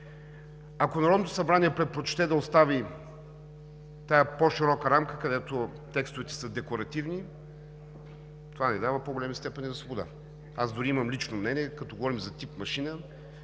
Ако Народното събрание предпочете да остави тази по-широка рамка, където текстовете са декоративни, това ни дава по-големи степени на свобода. Аз дори имам лично мнение: когато говорим за тип машина,